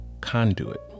conduit